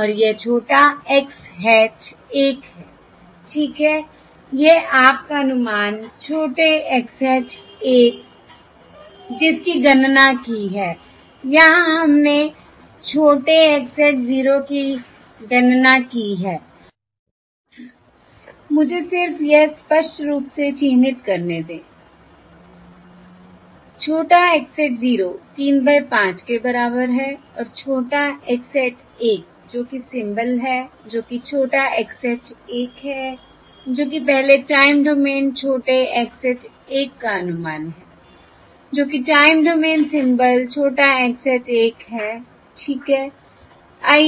और यह छोटा x hat 1 है ठीक है यह आप का अनुमान छोटे x hat 1 जिसकी गणना की है यहां हमने छोटे x hat 0 की गणना की है मुझे सिर्फ यह स्पष्ट रूप से चिह्नित करने देंI छोटा x hat 0 3 बाय 5 के बराबर है और छोटा x hat 1 जो कि सिम्बल है जो कि छोटा x hat 1 है जो कि पहले टाइम डोमेन छोटे x hat 1 का अनुमान है जो कि टाइम डोमेन सिम्बल छोटा x hat 1 है ठीक है